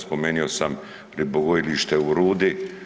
Spomenuo sam ribogojilište u Rudi.